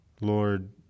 Lord